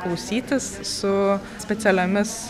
klausytis su specialiomis